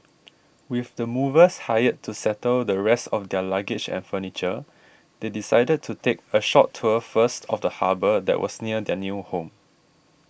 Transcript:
with the movers hired to settle the rest of their luggage and furniture they decided to take a short tour first of the harbour that was near their new home